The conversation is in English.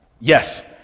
Yes